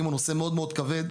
בהשוואה למקומות דומים בעולם,